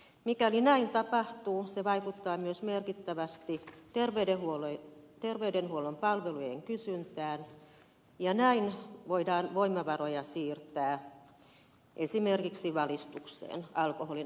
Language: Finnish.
mikäli näin tapahtuu se vaikuttaa myös merkittävästi terveydenhuollon palvelujen kysyntään ja näin voidaan voimavaroja siirtää esimerkiksi valistukseen alkoholin haitoista